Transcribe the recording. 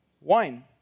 wine